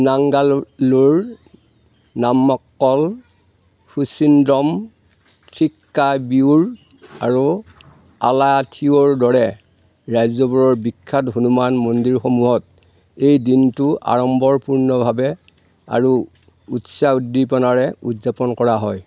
নাংগানাল্লুৰ নামমক্কল শুচিন্দ্ৰম থ্ৰিক্কাৱিয়ুৰ আৰু আলাথিয়ুৰৰ দৰে ৰাজ্যবোৰৰ বিখ্যাত হনুমান মন্দিৰসমূহত এই দিনটো আড়ম্বৰপূৰ্ণভাৱে আৰু উৎসাহ উদ্দীপনাৰে উদযাপন কৰা হয়